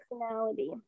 personality